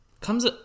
comes